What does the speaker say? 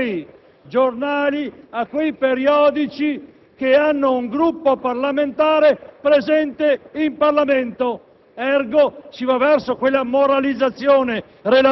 Dichiaro aperta la votazione.